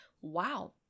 wow